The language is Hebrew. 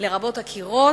לרבות הקירות,